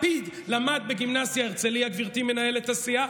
לפיד למד בגימנסיה הרצליה, גברתי מנהלת הסיעה.